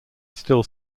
still